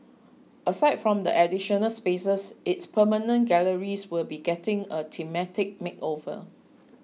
aside from the additional spaces its permanent galleries will be getting a thematic makeover